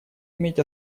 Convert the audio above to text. иметь